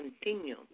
continue